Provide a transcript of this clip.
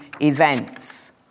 events